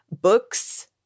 books